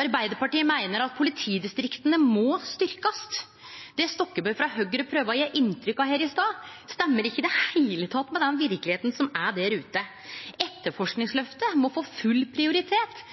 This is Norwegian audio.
Arbeidarpartiet meiner at politidistrikta må styrkjast. Det Stokkebø frå Høgre prøvde å gje inntrykk av her i stad, stemmer ikkje i det heile med den verkelegheita som er der ute. Etterforskingsløftet må få full prioritet